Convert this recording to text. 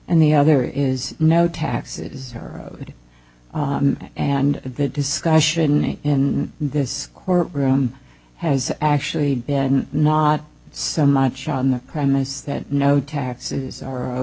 and the other is no taxes or road and the discussion in this court room has actually been not so much on the premise that no taxes are